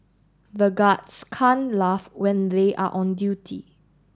the guards can't laugh when they are on duty